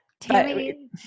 Tammy